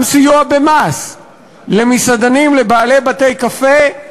גם סיוע במס למסעדנים, לבעלי בתי-קפה,